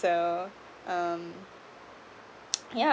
so um yeah